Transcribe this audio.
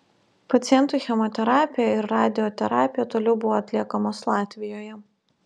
pacientui chemoterapija ir radioterapija toliau buvo atliekamos latvijoje